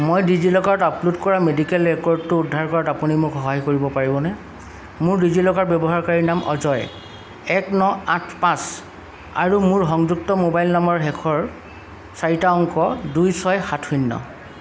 মই ডিজিলকাৰত আপলোড কৰা মেডিকেল ৰেকৰ্ডটো উদ্ধাৰ কৰাত আপুনি মোক সহায় কৰিব পাৰিবনে মোৰ ডিজিলকাৰ ব্যৱহাৰকাৰী নাম অজয় এক ন আঠ পাঁচ আৰু মোৰ সংযুক্ত মোবাইল নম্বৰৰ শেষৰ চাৰিটা অংক দুই ছয় সাত শূন্য়